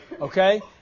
okay